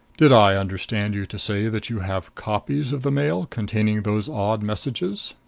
did i understand you to say that you have copies of the mail containing those odd messages?